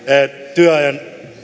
työajan